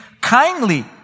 kindly